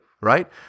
right